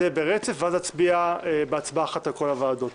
ואז נצביע בהצבעה אחת על כל הוועדות.